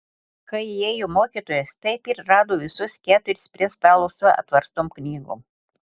kai įėjo mokytojas taip ir rado visus keturis prie stalo su atverstom knygom